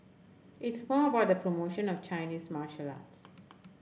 it's more about the promotion of Chinese martial arts